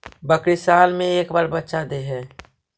बकरी साल मे के बार बच्चा दे है?